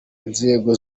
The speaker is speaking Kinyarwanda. nzego